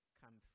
come